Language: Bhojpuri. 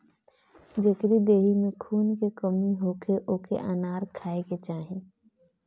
जेकरी देहि में खून के कमी होखे ओके अनार खाए के चाही